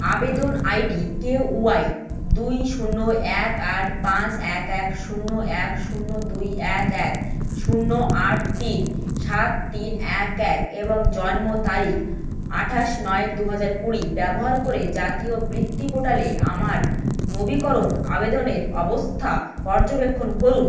আবেদন ID K Y দুই শূন্য এক আট পাঁচ এক এক শূন্য এক শূন্য দুই এক এক শূন্য আট তিন সাত তিন এক এক এবং জন্ম তারিখ আঠাশ নয় দু হাজার কুড়ি ব্যবহার করে জাতীয় বৃত্তি পোর্টালে আমার নবীকরণ আবেদনের অবস্থা পর্যবেক্ষণ করুন